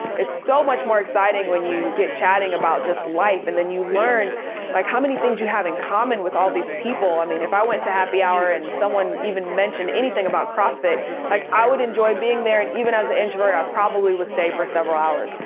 it's so much more exciting when you get to chatting about life and then you learn like how many things you have in common with all these people. i mean if i went to happy hour and someone even mentioned anything about crossfit, like i would enjoy being there. and even as an introvert i probably will stay for several hours.